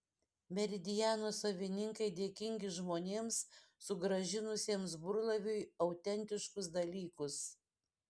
meridiano savininkai dėkingi žmonėms sugrąžinusiems burlaiviui autentiškus dalykus